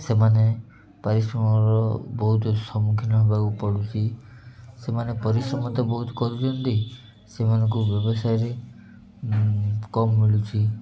ସେମାନେ ପରିଶ୍ରମର ବହୁତ ସମ୍ମୁଖୀନ ହେବାକୁ ପଡ଼ୁଛି ସେମାନେ ପରିଶ୍ରମ ତ ବହୁତ କରୁଛନ୍ତି ସେମାନଙ୍କୁ ବ୍ୟବସାୟରେ କମ୍ ମିଳୁଛି